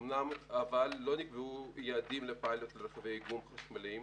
אבל לא נקבעו יעדים לפיילוט לרכבי איגום חשמליים,